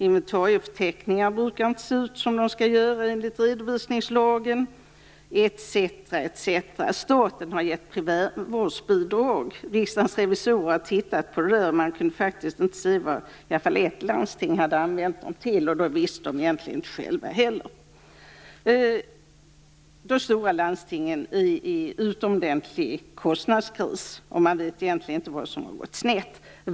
Inventarieförteckningarna brukar inte se ut som de skall göra enligt redovisningslagen etc. Staten har gett primärvårdsbidrag. Riksdagens revisorer har sett över detta och kunde faktiskt inte se vad åtminstone ett landsting hade använt det till, och de visste de egentligen inte själva heller. De stora landstingen befinner sig i en utomordentlig kostnadskris. Man vet egentligen inte vad som har gått snett.